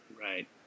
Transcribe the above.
Right